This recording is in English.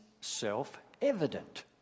self-evident